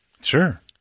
Sure